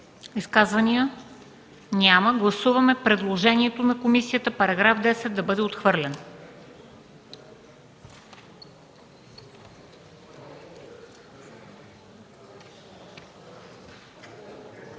Изказвания? Няма. Гласуваме предложението на комисията § 10 да бъде отхвърлен.